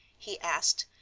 he asked,